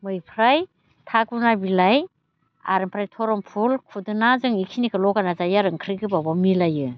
मैफ्राय थागुना बिलाइ आरो ओमफ्राय धरमफुल खुदुना जों बेखिनिखौ लगायना जायो आरो ओंख्रि गोबाबाव मिलायो